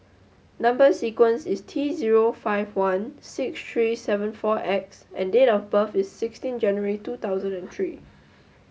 number sequence is T zero five one six three seven four X and date of birth is sixteen January two thousand and three